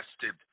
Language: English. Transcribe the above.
tested